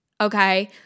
okay